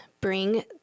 bring